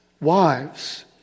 Wives